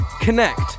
connect